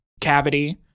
cavity